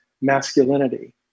masculinity